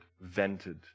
vented